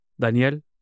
Daniel